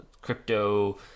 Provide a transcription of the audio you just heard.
Crypto